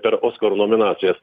per oskarų nominacijas